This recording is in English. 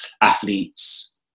athletes